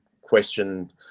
question